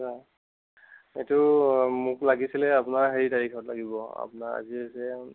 এইটো মোক লাগিছিলে আপোনাৰ হেৰি তাৰিখত লাগিব আপোনাৰ আজি হৈছে